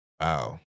Wow